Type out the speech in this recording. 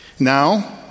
Now